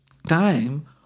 time